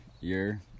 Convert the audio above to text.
year